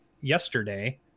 yesterday